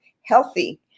healthy